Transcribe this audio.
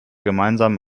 gemeinsamen